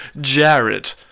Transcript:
Jared